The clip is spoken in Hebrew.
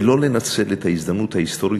ולא לנצל את ההזדמנות ההיסטורית,